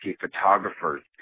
photographers